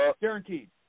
guaranteed